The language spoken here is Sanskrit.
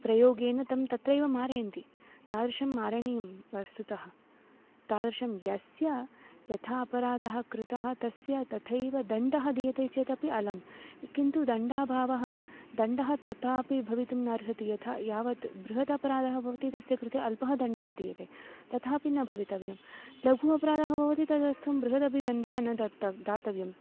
प्रयोगेन तं तत्रैव मारयन्ति तादृशं मारणीयं वस्तुतः तादृशं यस्य यथा अपराधः कृतः तस्य तथैव दण्डः दीयते चेदपि अलं किन्तु दण्डाभावः दण्डः तथापि भवितुं नार्हति यथा यावत् बृहदपराधः भवति तस्य कृते अल्पः दण्डः दीयते तथापि न भवितव्यं लघु अपराधः तदर्थं बृहदपि दण्डः न दातव्यः दातव्यः